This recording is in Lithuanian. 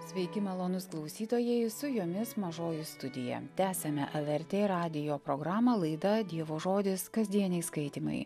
sveiki malonūs klausytojai su jomis mažoji studija tęsiame lrt radijo programą laida dievo žodis kasdieniai skaitymai